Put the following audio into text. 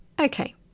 Okay